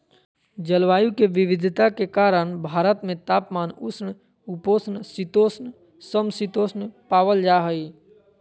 जलवायु के विविधता के कारण भारत में तापमान, उष्ण उपोष्ण शीतोष्ण, सम शीतोष्ण पावल जा हई